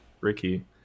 Ricky